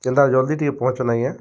କେନ୍ତାକରି ଜଲ୍ଦି ଟିକେ ପହଁଞ୍ଚୁନ୍ ଆଜ୍ଞା